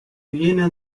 jener